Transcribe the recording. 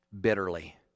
bitterly